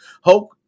Hope